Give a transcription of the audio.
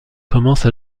commence